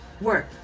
work